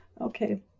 okay